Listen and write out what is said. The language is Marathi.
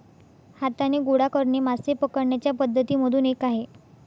हाताने गोळा करणे मासे पकडण्याच्या पद्धती मधून एक आहे